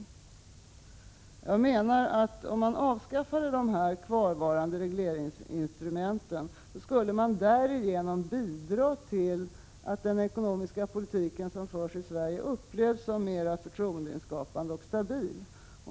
39 Jag menar att om man avskaffade de kvarvarande regleringsinstrumenten, skulle man därigenom bidra till att den ekonomiska politik som förs i Sverige upplevs som mera förtroendeskapande och stabil.